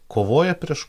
kovoja prieš